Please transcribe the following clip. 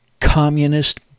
communist